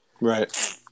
right